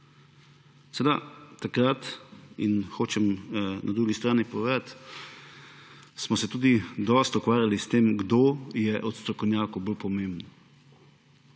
Seveda, takrat in hočem na drugi strani povedati, smo se tudi dosti ukvarjali s tem, kdo od strokovnjakov je bolj pomemben